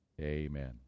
Amen